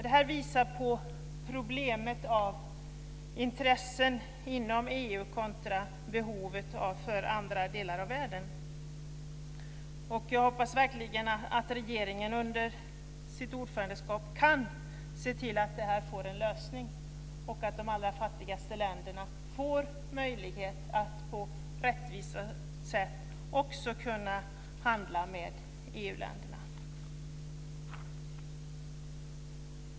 Det visar på problemet med intressen inom EU kontra behoven för andra delar av världen. Jag hoppas verkligen att regeringen under ordförandeskapet kan se till att det här får en lösning och att de allra fattigaste länderna får möjlighet att på ett rättvist sätt också kunna handla med EU-länderna.